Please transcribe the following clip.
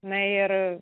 na ir